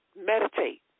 Meditate